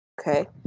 Okay